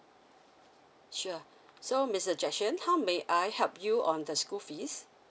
sure so mister jackson how may I help you on the school fees